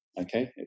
Okay